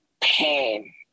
pain